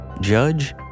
Judge